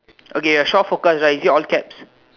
okay the shore forecast right is it all caps